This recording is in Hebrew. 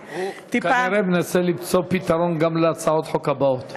כנראה הוא מנסה למצוא פתרון גם להצעות החוק הבאות.